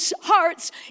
hearts